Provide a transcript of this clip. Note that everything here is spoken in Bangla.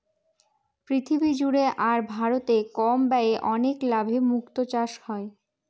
পৃথিবী জুড়ে আর ভারতে কম ব্যয়ে অনেক লাভে মুক্তো চাষ হয়